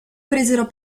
presero